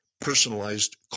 Personalized